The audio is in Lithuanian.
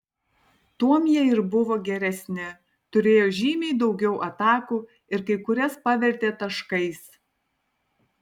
tuom jie ir buvo geresni turėjo žymiai daugiau atakų ir kai kurias pavertė taškais